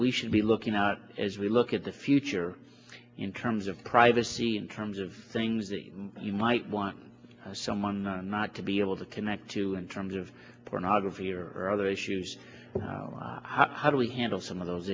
we should be looking at as we look at the future in terms of privacy in terms of things that you might on someone not to be able to connect to in terms of pornography or other issues how do we handle some of those